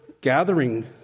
Gathering